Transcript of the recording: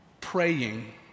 praying